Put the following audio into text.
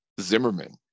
zimmerman